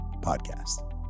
podcast